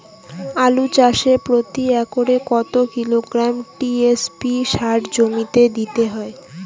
আলু চাষে প্রতি একরে কত কিলোগ্রাম টি.এস.পি সার জমিতে দিতে হয়?